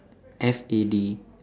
F A D